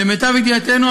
למיטב ידיעתנו,